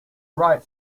write